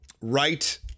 right